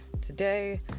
Today